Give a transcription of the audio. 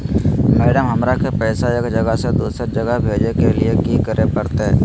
Madam, हमरा के पैसा एक जगह से दुसर जगह भेजे के लिए की की करे परते?